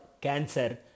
cancer